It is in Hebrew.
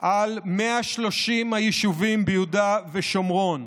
על 130 היישובים ביהודה ושומרון,